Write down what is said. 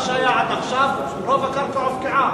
מה שהיה עד עכשיו, רוב הקרקע הופקעה.